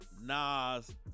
Nas